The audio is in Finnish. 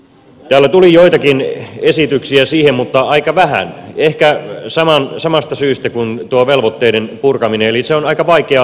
täällä tuli joitakin esityksiä siihen mutta aika vähän ehkä samasta syystä kuin tuohon velvoitteiden purkamiseen eli se on aika vaikea asia